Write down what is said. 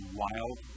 wild